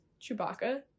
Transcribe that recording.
Chewbacca